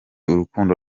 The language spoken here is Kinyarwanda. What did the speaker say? urukundo